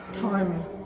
time